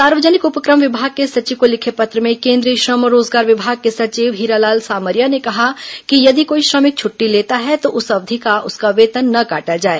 सार्वजनिक उपक्रम विभाग के सचिव को लिखे पत्र में केंद्रीय श्रम और रोजगार विभाग के सचिव हीरालाल सामरिया ने कहा कि यदि कोई श्रमिक छट्टी लेता है तो उस अवधि का उसका वेतन न काटा जाए